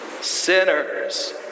Sinners